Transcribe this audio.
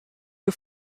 you